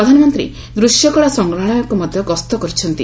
ପ୍ରଧାନମନ୍ତ୍ରୀ ଦୂଶ୍ୟକଳା ସଂଗ୍ରହାଳୟକୁ ମଧ୍ୟ ଗସ୍ତ କରିଛନ୍ତି